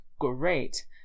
great